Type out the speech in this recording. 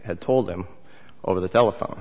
had told him over the telephone